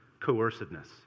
Coerciveness